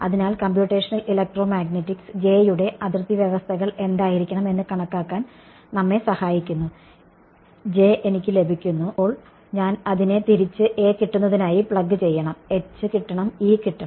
അതിനാൽ computational electromagnetics J യുടെ അതിർത്തി വ്യവസ്ഥകൾ എന്തായിരിക്കണം എന്ന് കണക്കാക്കാൻ നമ്മെ സഹായിക്കുന്നു എനിക്ക് ലഭിക്കുന്നു അപ്പോൾ ഞാൻ അതിനെ തിരിച്ച് കിട്ടുന്നതിനായി പ്ലഗ് ചെയ്യണം കിട്ടണം കിട്ടണം